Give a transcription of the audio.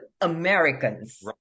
Americans